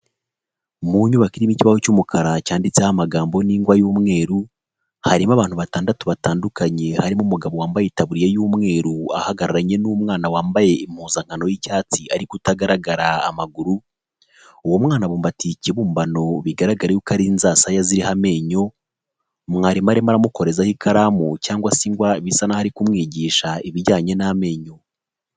Mu nyubako irimo ikibaho cy'umukara cyanditseho amagambo n'ingwa y'umweru, harimo abantu batandatu batandukanye harimo umugabo wambaye itaburiya y'umweru ahagararanye n'umwana wambaye impuzankano y'icyatsi ariko utagaragara amaguru. Uwo mwana abumbatiye ikibumbano bigaragare yuko ari inzasaya ziriho amenyo. Mwarimu arimo aramukorezaho ikaramu cyangwa se ingwa bisa naho arikumwigisha ibijyanye n'amenyo.